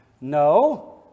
No